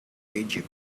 egypt